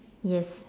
yes